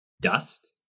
dust